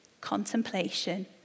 contemplation